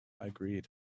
agreed